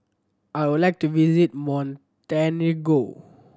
I would like to visit Montenegro